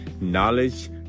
knowledge